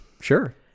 Sure